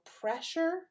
pressure